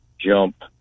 jump